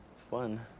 fun.